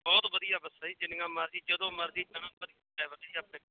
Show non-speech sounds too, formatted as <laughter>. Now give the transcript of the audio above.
ਬਹੁਤ ਵਧੀਆ ਬੱਸਾਂ ਜੀ ਜਿੰਨੀਆਂ ਮਰਜ਼ੀ ਜਦੋਂ ਮਰਜ਼ੀ <unintelligible> ਡਰਾਈਵਰ ਨੇ ਜੀ ਆਪਣੇ